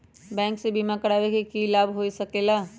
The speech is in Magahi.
बैंक से बिमा करावे से की लाभ होई सकेला?